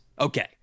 Okay